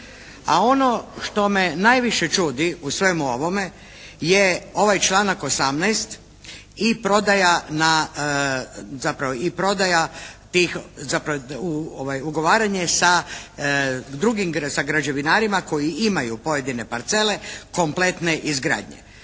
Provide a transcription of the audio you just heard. A ono što me najviše čudi u svemu ovome je ovaj članak 18. i prodaja tih, zapravo ugovaranje sa drugim, sa građevinarima koji imaju pojedine parcele kompletne izgradnje.